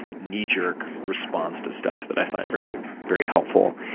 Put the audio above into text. kneejerk response to stuff, that i find very very helpful.